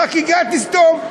חקיקת סדום.